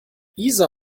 isa